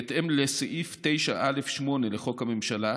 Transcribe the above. בהתאם לסעיף 9(א)(8) לחוק הממשלה,